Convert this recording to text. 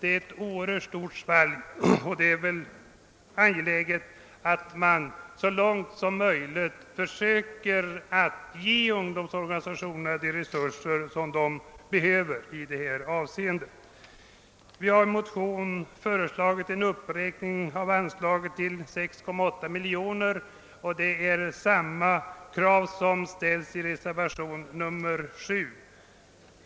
Det är ett oerhört stort svalg mellan dessa siffror, och det är angeläget att man så långt möjligt försöker att ge ungdomsorganisationerna de resurser som de behöver i detta avseende. Vi har i en motion föreslagit en uppräkning av anslaget till 6,8 miljoner kronor, vilket är samma krav som ställs i reservationen 7.